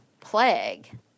plague